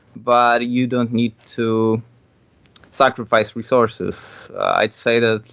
but you don't need to sacrifice resources. i'd say that,